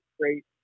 great